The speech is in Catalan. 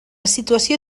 situació